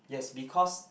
yes because